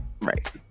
right